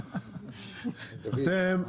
אתם,